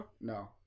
No